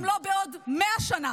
גם לא בעוד מאה שנה.